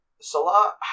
Salah